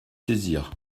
saisir